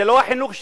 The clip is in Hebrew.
זה לא החינוך שלנו,